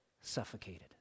suffocated